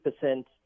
percent